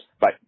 bye